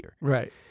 Right